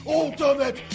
ultimate